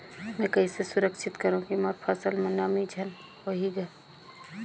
मैं कइसे सुरक्षित करो की मोर फसल म नमी झन होही ग?